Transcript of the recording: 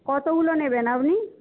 কতগুলো নেবেন আপনি